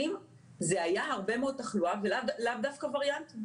זה היה הרבה מאוד תחלואה ולאו דווקא וריאנטים.